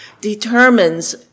determines